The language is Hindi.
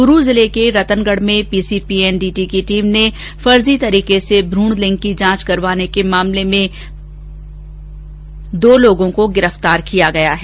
चूरू जिले के रतनगढ में पीसीपी एनडीटी की टीम ने फर्जी तरीके से भ्रूण लिंग की जांच करवाने के मामले में पुलिस ने दो लोगों को गिरफ्तार किया है